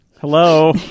hello